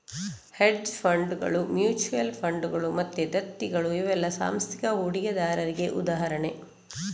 hedge ಫಂಡುಗಳು, mutual ಫಂಡುಗಳು ಮತ್ತೆ ದತ್ತಿಗಳು ಇವೆಲ್ಲ ಸಾಂಸ್ಥಿಕ ಹೂಡಿಕೆದಾರರಿಗೆ ಉದಾಹರಣೆ